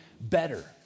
better